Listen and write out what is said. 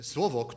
Słowo